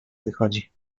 wychodzi